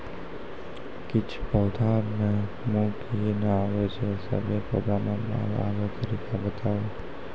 किछ पौधा मे मूँछ किये नै आबै छै, सभे पौधा मे बाल आबे तरीका बताऊ?